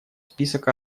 список